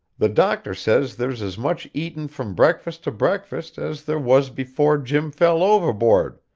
the doctor says there's as much eaten from breakfast to breakfast as there was before jim fell overboard,